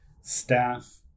staff